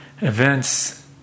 events